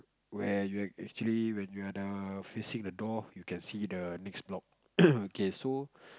where you are actually when you are the facing the door you can see the next block okay so